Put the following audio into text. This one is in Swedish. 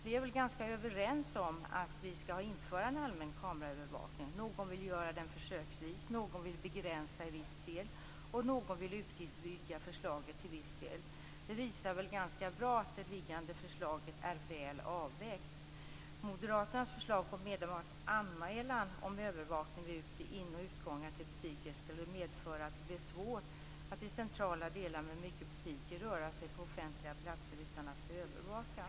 Vi är väl ganska överens om att vi skall införa en allmän kameraövervakning. Någon vill göra det försöksvis, någon vill begränsa förslaget och någon vill utvidga förslaget till viss del. Det visar väl att det liggande förslaget är väl avvägt. Moderaternas förslag på enbart en anmälan om övervakning vid inoch utgångar till butiker skulle medföra att det blir svårt att röra sig på offentliga platser i centrala delar med många butiker utan att bli övervakad.